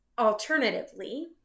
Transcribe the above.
alternatively